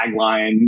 tagline